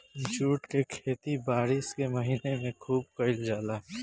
jute के खेती बारिश के महीना में खुब कईल जाला